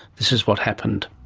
this is what happened.